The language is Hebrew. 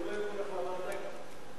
להעביר את הנושא לוועדה לקידום מעמד האשה נתקבלה.